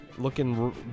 looking